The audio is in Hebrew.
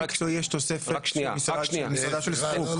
צורך מקצועי יש תוספת של משרדה של סטרוק?